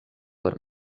por